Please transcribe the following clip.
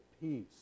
peace